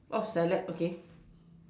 oh salad okay